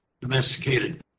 domesticated